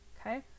okay